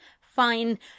Fine